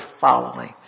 following